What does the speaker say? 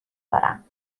دارم